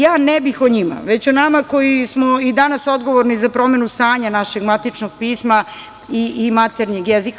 Ja ne bih o njima, već o nama koji smo i danas odgovorni za promenu stanja našeg matičnog pisma i maternjeg jezika.